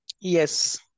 Yes